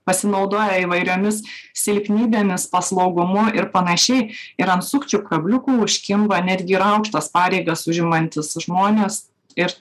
pasinaudoja įvairiomis silpnybėmis paslaugumu ir panašiai ir ant sukčių kabliukų užkimba netgi ir aukštas pareigas užimantys žmonės ir